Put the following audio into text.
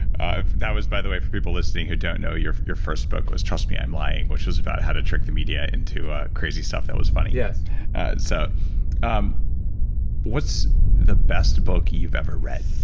ah that was, by the way, for people listening who don't know your your first book was trust me, i'm lying, which was about how to trick the media into crazy stuff that was funny yes so um what's the best book you've ever read?